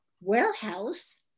warehouse